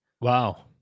Wow